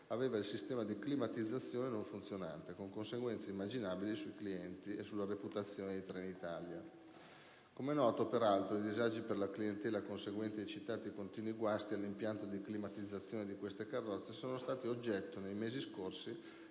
il sistema di climatizzazione non funzionante, con conseguenze immaginabili sulla clientela e sulla reputazione di Trenitalia. Come è noto, peraltro, i disagi per la clientela conseguenti ai citati e continui guasti all'impianto di climatizzazione di queste carrozze sono stati oggetto nei mesi scorsi